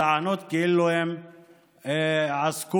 אדוני השר,